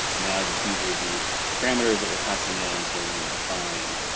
now these are the parameters that we're passing in. so we're going to define